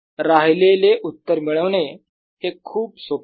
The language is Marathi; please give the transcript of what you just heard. राहिलेले उत्तर मिळवणे हे खूप सोपे आहे